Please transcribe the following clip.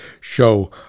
show